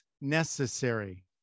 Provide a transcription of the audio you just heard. necessary